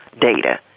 data